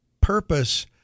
purpose